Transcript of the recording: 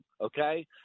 okay